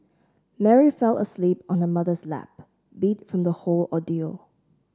Mary fell asleep on her mother's lap beat from the whole ordeal